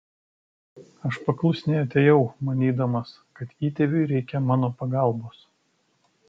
aš paklusniai atėjau manydamas kad įtėviui reikia mano pagalbos